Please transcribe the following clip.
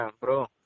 bro